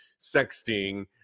sexting